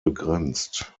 begrenzt